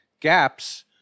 Gaps